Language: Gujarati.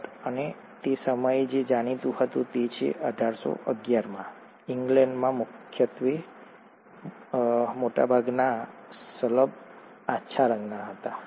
ટટ્ટ અને તે સમયે જે જાણીતું હતું તે એ છે કે 1811 માં ઇંગ્લેન્ડમાં મુખ્યત્વે ઇંગ્લેન્ડમાં જોવા મળતા મોટાભાગના શલભ આછા રંગના હતા